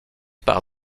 par